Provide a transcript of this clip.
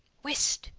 whist!